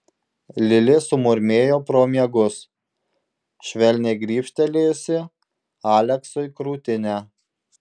lilė sumurmėjo pro miegus švelniai gribštelėjusi aleksui krūtinę